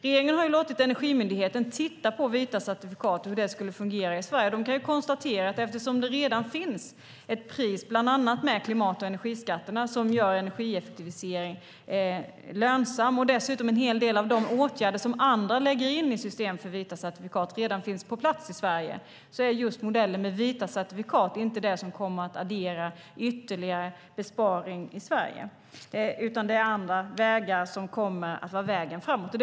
Regeringen har låtit Energimyndigheten titta på hur vita certifikat skulle fungera i Sverige. Det är andra vägar som leder framåt.